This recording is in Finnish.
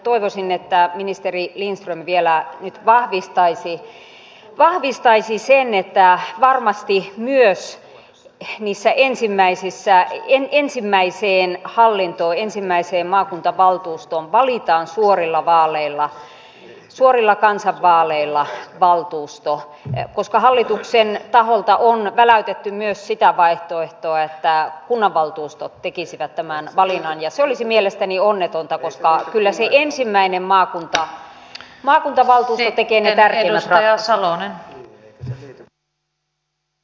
toivoisin että ministeri lindström vielä nyt vahvistaisi sen että varmasti myös niissä ensimmäiseen hallintoon ensimmäiseen maakuntavaltuustoon valitaan suorilla kansanvaaleilla valtuusto koska hallituksen taholta on väläytetty myös sitä vaihtoehtoa että kunnanvaltuustot tekisivät tämän valinnan ja se olisi mielestäni onnetonta koska kyllä se ensimmäinen maakuntavaltuusto tekee ne tärkeimmät ratkaisut